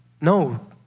No